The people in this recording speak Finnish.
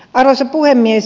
arvoisa puhemies